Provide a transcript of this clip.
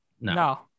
No